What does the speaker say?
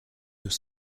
deux